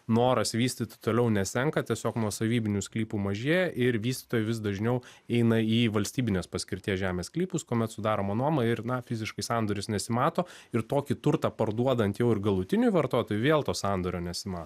noras vystyt toliau nesenka tiesiog nuosavybinių sklypų mažėja ir vystytojai vis dažniau eina į valstybinės paskirties žemės sklypus kuomet sudaroma nuoma ir na fiziškai sandoris nesimato ir tokį turtą parduodant jau ir galutiniui vartotojui vėl to sandorio nesimato